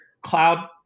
cloud